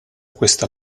questa